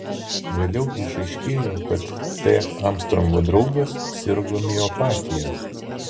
vėliau išaiškėjo kad t armstrongo draugas sirgo miopatija